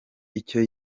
icyo